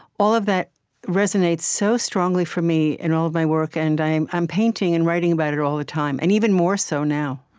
all of that resonates so strongly for me in all of my work, and i'm i'm painting and writing about it all the time and even more so now